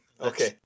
Okay